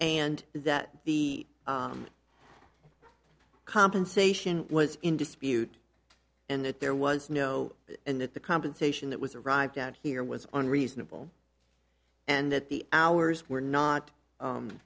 and that the compensation was in dispute and that there was no and that the compensation that was arrived at here was unreasonable and that the hours were not